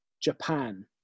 Japan